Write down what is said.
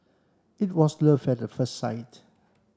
it was love at the first sight